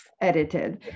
edited